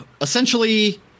essentially